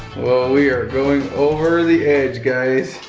oh, we are going over the edge, guys.